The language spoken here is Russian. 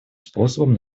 способом